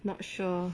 not sure